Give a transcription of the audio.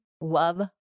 love